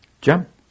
jump